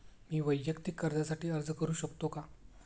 मी वैयक्तिक कर्जासाठी अर्ज करू शकतो का?